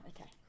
okay